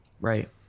Right